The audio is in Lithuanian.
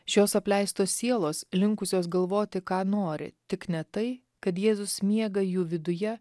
šios apleistos sielos linkusios galvoti ką nori tik ne tai kad jėzus miega jų viduje